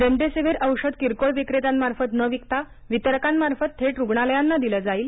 remdesivir औषध किरकोळ विक्रेत्यांमार्फत न विकता वितरकांमार्फत थेट रुग्णालयांना दिलं जाईल